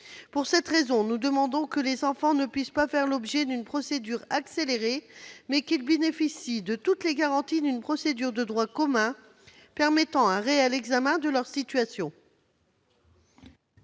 Pour cette raison, nous demandons que les enfants ne puissent pas faire l'objet d'une procédure accélérée et qu'ils bénéficient de toutes les garanties d'une procédure de droit commun permettant un réel examen de leur situation.